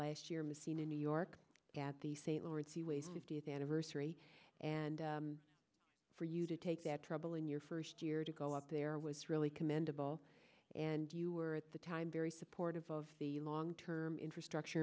last year messina new york at the st lawrence seaway fiftieth anniversary and for you to take that trouble in your first year to go up there was really commendable and you were at the time very supportive of the long term infrastructure